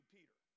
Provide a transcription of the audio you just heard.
Peter